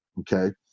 okay